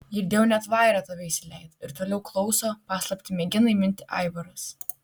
girdėjau net vaira tave įsileido ir toliau klauso paslaptį mėgina įminti aivaras